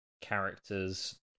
characters